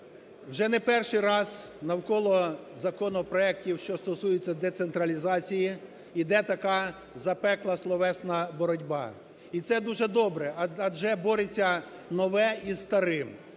Вже не перший раз навколо законопроектів, що стосуються децентралізації йде така запекла словесна боротьба. І це дуже добре, адже бореться нове із старим.